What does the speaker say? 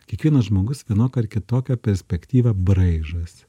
kiekvienas žmogus vienokią ar kitokią perspektyvą braižosi